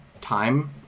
time